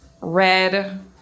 red